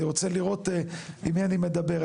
אני רוצה לראות עם מי אני מדבר.